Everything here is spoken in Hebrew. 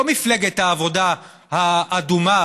לא מפלגת העבודה האדומה,